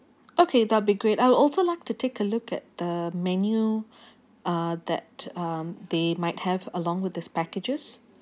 okay that will be great I would also like to take a look at the menu uh that um they might have along with this packages